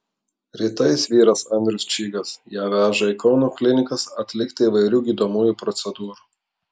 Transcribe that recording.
rytais vyras andrius čygas ją veža į kauno klinikas atlikti įvairių gydomųjų procedūrų